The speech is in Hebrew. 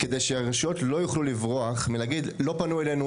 כדי שהרשויות לא יוכלו לברוח מלהגיד 'לא פנו אלינו,